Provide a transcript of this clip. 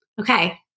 okay